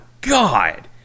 God